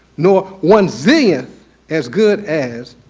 nor one zillionth as good as,